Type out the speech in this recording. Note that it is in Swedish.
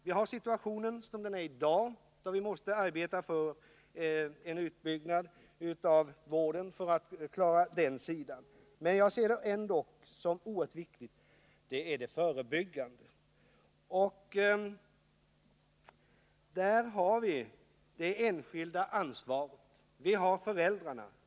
Vi har situationen som den är i dag, där vi måste arbeta för en utbyggnad av vården för att klara den sidan. Men jag ser det ändå som oerhört viktigt med det förebyggande arbetet. Där har vi det enskilda ansvaret. Vi hart.ex. föräldrarna.